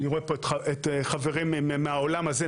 אני רואה פה את חברי מהעולם הזה,